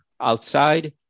outside